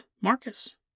Marcus